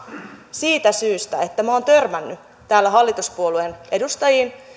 siitä syystä että minä olen törmännyt täällä hallituspuolueen edustajiin